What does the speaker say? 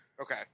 Okay